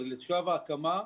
אבל לשלב ההקמה,